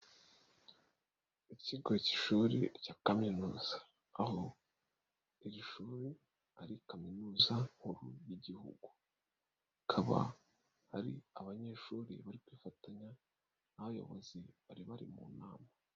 Mu ikigo cy'ishuri rya kaminuza aho iri shuri ari kaminuza nkuru y'igihugu, hakaba hari abanyeshuri bari kwifatanya n'abayobozi bari bari mu nama.